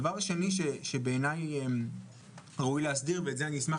דבר שני שבעיניי ראוי להסדיר ועל זה אני אשמח